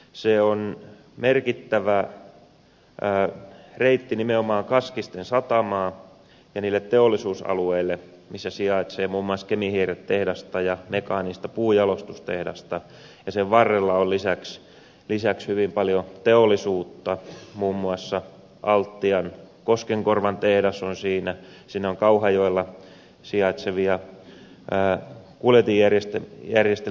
se on merkittävä reitti nimenomaan kaskisten satamaan ja niille teollisuusalueille missä sijaitsee muun muassa kemihierretehdasta ja mekaanista puunjalostustehdasta ja sen varrella on lisäksi hyvin paljon teollisuutta muun muassa altian koskenkorvan tehdas on siinä siinä on kauhajoella sijaitsevia rad kuuli vierestä väristä